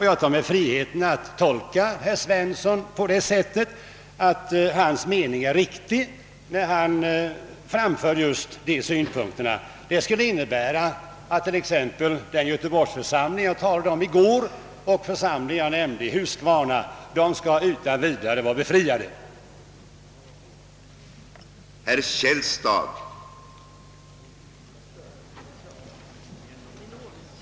Jag tar mig friheten att tolka herr Svensson så, att hans uppfattning är riktig. Det skulle innebära att t.ex. den göteborgsförsamling jag talade om i går och den församling i Huskvarna jag nämnde skulle vara tillförsäkrade dispens från investeringsavgiften.